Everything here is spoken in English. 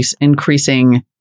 increasing